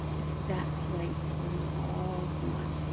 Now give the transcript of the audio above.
it's that place where we're all one.